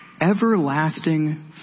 Everlasting